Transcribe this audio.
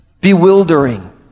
bewildering